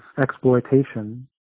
exploitation